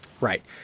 Right